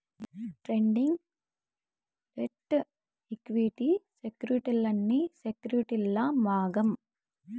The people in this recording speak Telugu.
ట్రేడింగ్, డెట్, ఈక్విటీ సెక్యుర్టీలన్నీ సెక్యుర్టీల్ల భాగం